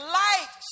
light